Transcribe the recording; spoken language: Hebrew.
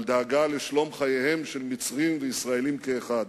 על דאגה לשלום חייהם של מצרים וישראלים כאחד.